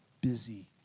busy